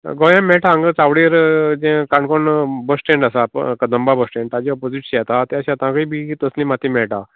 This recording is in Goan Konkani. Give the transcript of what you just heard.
गोंयांत मेळटा हांगा चावडेर जे काणकोण बस स्टेंड आसा कदंबा बस स्टेंड तांजा ऑपोजीट शेत आसा त्या शेताकय बी तसली मातीं मेळटा